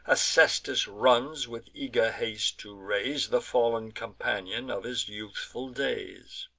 acestus runs with eager haste, to raise the fall'n companion of his youthful days.